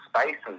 spaces